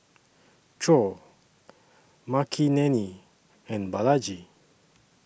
Choor Makineni and Balaji